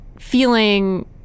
feeling